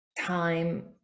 time